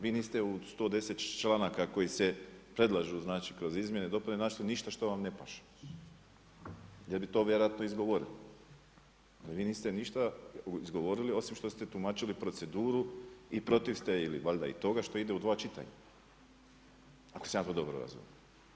Vi niste u 110. članaka koji se predlažu kroz izmjene i dopune našli ništa što vam ne paše jer bi to vjerojatno izgovorili, a vi niste ništa izgovorili osim što ste tumačili proceduru i protiv ste ili valjda toga što ide u dva čitanja, ako sam ja to dobro razumio.